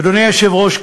אדוני היושב-ראש,